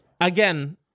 Again